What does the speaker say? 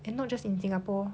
and not just in singapore